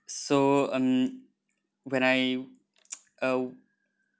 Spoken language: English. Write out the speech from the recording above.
so um when I uh